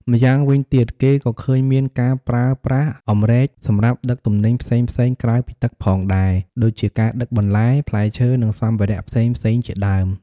ម្យ៉ាងវិញទៀត គេក៏ឃើញមានការប្រើប្រាស់អម្រែកសម្រាប់ដឹកទំនិញផ្សេងៗក្រៅពីទឹកផងដែរ ដូចជាការដឹកបន្លែ ផ្លែឈើ ឬសម្ភារៈផ្សេងៗជាដើម។